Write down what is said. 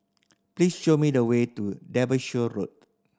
please show me the way to Derbyshire Road